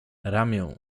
ramię